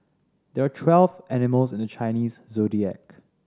there are twelve animals in the Chinese Zodiac